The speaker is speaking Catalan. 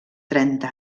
trenta